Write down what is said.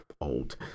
old